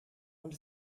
und